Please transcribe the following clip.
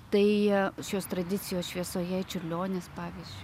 tai jšios tradicijos šviesoje čiurlionis pavyzdžiui